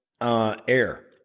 air